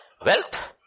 Wealth